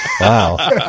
Wow